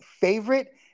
favorite